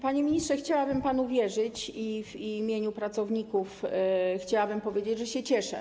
Panie ministrze, chciałabym panu wierzyć i w imieniu pracowników chciałabym powiedzieć, że się cieszę.